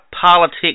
politics